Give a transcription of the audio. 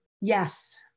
Yes